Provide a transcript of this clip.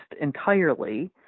entirely